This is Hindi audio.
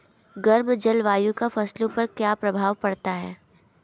गर्म जलवायु का फसलों पर क्या प्रभाव पड़ता है?